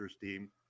team